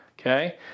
Okay